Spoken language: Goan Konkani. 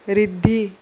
रिद्दी